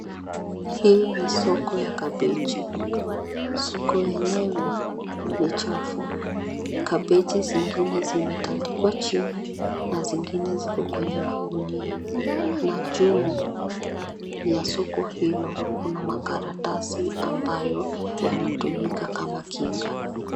Hii ni soko ya kabeji. Soko yenyewe ni chafu. Kabeji zingine zimetandikwa chini na zingine ziko kwenye magunia na juu ya soko hilo kuna makaratasi ambayo yanatumika kama kinga.